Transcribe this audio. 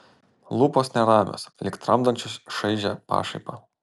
lūpos neramios lyg tramdančios šaižią pašaipą